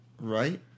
right